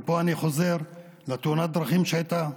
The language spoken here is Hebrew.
ופה אני חוזר לתאונת הדרכים שהייתה,